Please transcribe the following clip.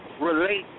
relate